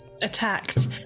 Attacked